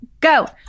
go